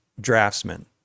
draftsman